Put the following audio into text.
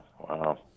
wow